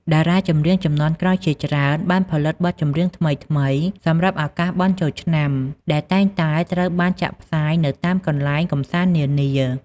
តារាចម្រៀងជំនាន់ក្រោយជាច្រើនបានផលិតបទចម្រៀងថ្មីៗសម្រាប់ឱកាសបុណ្យចូលឆ្នាំ ដែលតែងតែត្រូវបានចាក់ផ្សាយនៅតាមកន្លែងកម្សាន្តនានា។